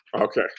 okay